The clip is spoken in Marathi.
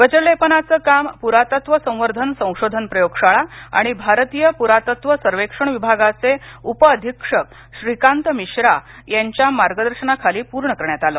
वज्रलेपनाचं काम पुरातत्व संवर्धन संशोधन प्रयोगशाळा आणि भारतीय पुरातत्व सर्वेक्षण विभागाचे उपअधिक्षक श्रीकांत मिश्रा यांच्या मार्गदर्शनाखाली पूर्ण करण्यात आलं